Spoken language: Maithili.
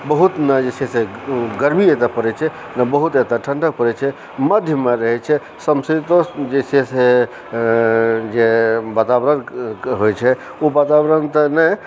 बहुत नहि जे छै से गर्मी एतए परै छै बहुत एतए ठण्डा पड़ै छै मध्यमे रहै छै समशीतोष्ण जे छै से आ जे वातावरण होइ छै ओ वातावरण तऽ नहि